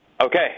Okay